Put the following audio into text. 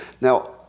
Now